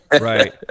Right